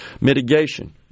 mitigation